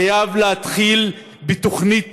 שיבדוק מה